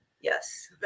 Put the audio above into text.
Yes